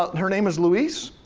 ah and her name is louise,